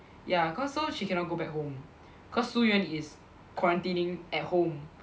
ya cause now she cannot go back home cause Su Yuan is quarantining at home